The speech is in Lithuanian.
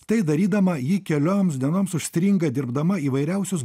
tai darydama ji kelioms dienoms užstringa dirbdama įvairiausius